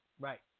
Right